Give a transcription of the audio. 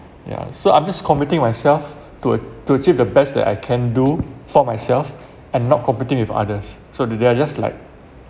yeah so I'm just committing myself to ac~ to achieve the best that I can do for myself and not competing with others so they they're just like